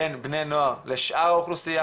בין בני הנוער לשאר האוכלוסייה.